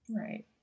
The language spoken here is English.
Right